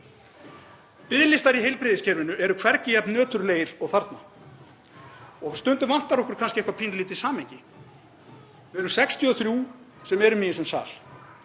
Biðlistar í heilbrigðiskerfinu eru hvergi jafn nöturlegir og þarna. Stundum vantar okkur kannski eitthvað pínulítið samhengi. Við erum 63 sem erum í þessum sal.